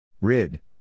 rid